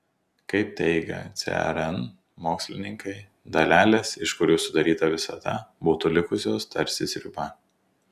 kaip teigia cern mokslininkai dalelės iš kurių sudaryta visata būtų likusios tarsi sriuba